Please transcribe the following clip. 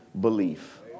belief